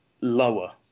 lower